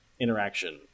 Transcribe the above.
interaction